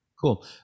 Cool